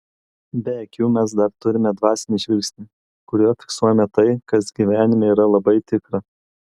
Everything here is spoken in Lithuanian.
be akių mes dar turime dvasinį žvilgsnį kuriuo fiksuojame tai kas gyvenime yra labai tikra